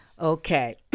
Okay